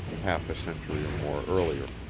half a century or more earlier,